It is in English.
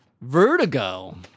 Vertigo